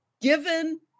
given